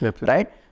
right